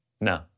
No